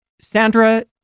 Sandra